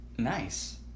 Nice